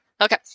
Okay